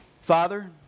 Father